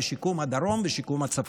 ושיקום הדרום ושיקום הצפון.